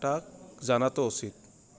তাক জানাতো উচিত